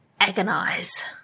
agonize